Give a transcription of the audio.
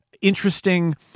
interesting